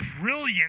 brilliant